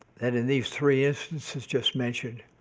that in these three instances just mentioned,